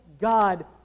God